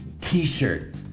t-shirt